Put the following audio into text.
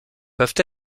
peuvent